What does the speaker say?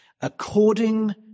According